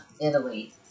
Italy